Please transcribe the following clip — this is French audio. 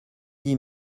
dix